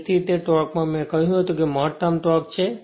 તેથી તે ટોર્કમાં મેં કહ્યું હતું તે મહત્તમ ટોર્ક છે